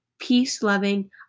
peace-loving